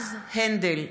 יועז הנדל,